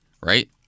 right